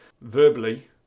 verbally